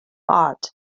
art